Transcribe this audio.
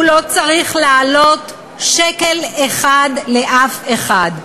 הוא לא צריך לעלות שקל אחד לאף אחד.